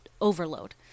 overload